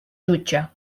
jutge